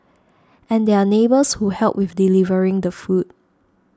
and there are neighbours who help with delivering the food